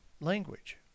language